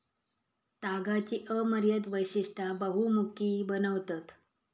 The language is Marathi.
तागाची अमर्याद वैशिष्टा बहुमुखी बनवतत